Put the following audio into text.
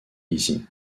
ici